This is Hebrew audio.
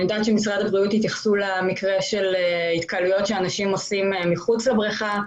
אני יודעת שבמשרד הבריאות התייחסו להתקהלויות של אנשים מחוץ לבריכה.